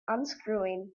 unscrewing